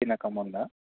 తినకముందా